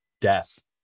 death